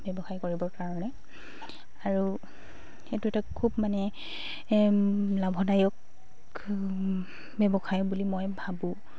ব্যৱসায় কৰিবৰ কাৰণে আৰু সেইটো এটা খুব মানে লাভদায়ক ব্যৱসায় বুলি মই ভাবোঁ